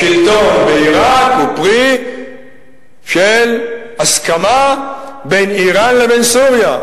השלטון בעירק הוא פרי של הסכמה בין אירן לבין סוריה.